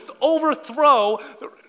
overthrow